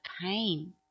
pain